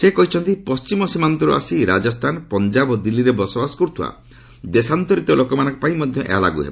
ସେ କହିଛନ୍ତି ପଣ୍ଟିମ ସୀମାନ୍ତର୍ ଆସି ରାଜସ୍ଥାନ ପଞ୍ଜବ ଓ ଦିଲ୍ଲୀରେ ବସବାସ କର୍ତ୍ରିଥିବା ଦେଶାନ୍ତରିତ ଲୋକମାନଙ୍କ ପାଇଁ ମଧ୍ୟ ଏହା ଲାଗୁ ହେବ